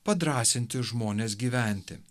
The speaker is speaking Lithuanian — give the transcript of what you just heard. padrąsinti žmones gyventi